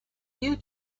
you